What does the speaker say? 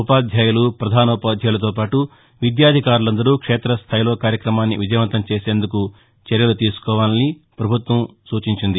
ఉపాధ్యులు ప్రధానోపాధ్యాయులతో పాటు విద్యాధికారులందరూ క్షేతస్థాయిలో కార్యక్రమాన్ని విజయవంతం చేసేందుకు చర్యలు తీసుకోవాలని సూచనలు చేసింది